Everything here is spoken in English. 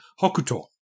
Hokuto